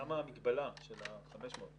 למה המגבלה של ה-500?